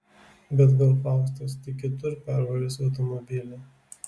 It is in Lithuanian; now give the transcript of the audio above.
bet gal faustas tik kitur pervarys automobilį